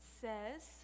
says